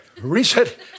reset